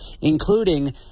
including